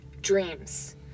dreams